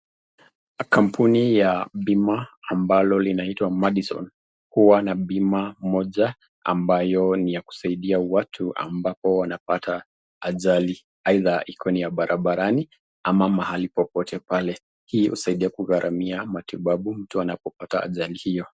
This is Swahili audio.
Kampuni ya bima ambalo inaitwa Madison ambayo huwa na bima Moja ambayo ni ya kusaidia watu ambapo wanapata ajali haidha ya Barabarani ama mahali popote pale hii husaidia kugharamia matibabu mtu anapopata ajali hiyo.